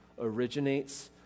originates